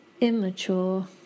immature